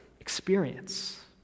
experience